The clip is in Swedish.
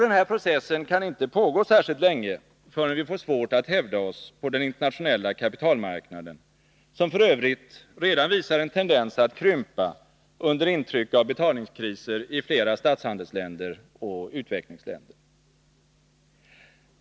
Den här processen kan inte pågå särskilt länge förrän vi får svårt att hävda oss på den internationella kapitalmarknaden, som f. ö. redan visar en tendens att krympa under intryck av betalningskriser i flera statshandelsoch utvecklingsländer.